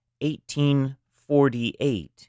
1848